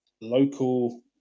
local